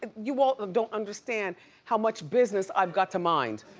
ah you all don't understand how much business i've got to mind,